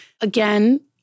again